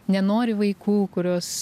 nenori vaikų kurios